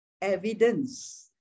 evidence